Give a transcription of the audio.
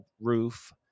roof